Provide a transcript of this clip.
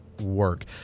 work